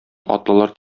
атлылар